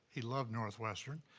he loved northwestern.